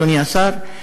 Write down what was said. אדוני השר: